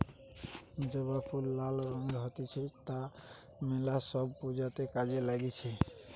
জবা ফুল লাল রঙের হতিছে তা মেলা সব পূজাতে কাজে লাগতিছে